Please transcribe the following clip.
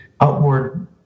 outward